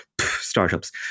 startups